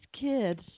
kids –